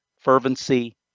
fervency